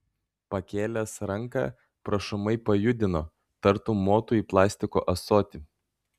pakėlęs ranką prašomai pajudino tartum motų į plastiko ąsotį